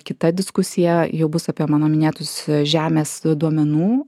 kita diskusija jau bus apie mano minėtus žemės duomenų